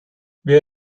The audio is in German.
wer